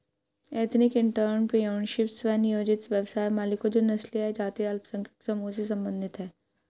ethnic entrepreneurship, स्व नियोजित व्यवसाय मालिकों जो नस्लीय या जातीय अल्पसंख्यक समूहों से संबंधित हैं